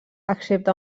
excepte